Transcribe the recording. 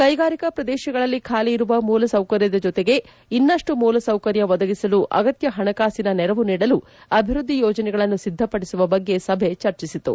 ಕೈಗಾರಿಕಾ ಪ್ರದೇಶಗಳಲ್ಲಿ ಖಾಲಿಯಿರುವ ಮೂಲಸೌಕರ್ಯದ ಜೊತೆಗೆ ಇನ್ನಷ್ಟು ಮೂಲಸೌಕರ್ಯ ಒದಗಿಸಲು ಅಗತ್ಯ ಹಣಕಾಸಿನ ನೆರವು ನೀಡಲು ಅಭಿವ್ವದ್ದಿ ಯೋಜನೆಗಳನ್ನು ಸಿದ್ದಪಡಿಸುವ ಬಗ್ಗೆ ಸಭೆ ಚರ್ಚಿಸಿತು